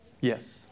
Yes